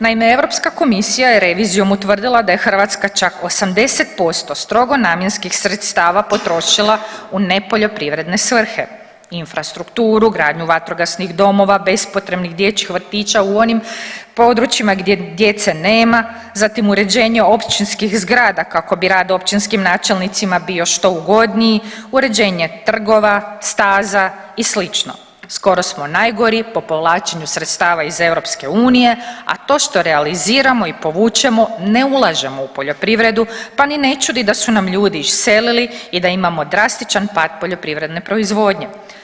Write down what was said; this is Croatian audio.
Naime, Europska komisija je revizijom utvrdila da je Hrvatska čak 80% strogo namjenskih sredstava potrošila u nepoljoprivredne svrhe, infrastrukturu, gradnju vatrogasnih domova, bespotrebnih dječjih vrtića u onim područjima gdje djece nema, zatim uređenje općinskih zgrada kako bi rad općinskim načelnicima bio što ugodniji, uređenje trgova, staza i slično, skoro smo najgori po povlačenju sredstava iz EU, a to što realiziramo i povučemo ne ulažemo u poljoprivredu, pa ni ne čudi da su nam ljudi iselili i da imamo drastičan pad poljoprivredne proizvodnje.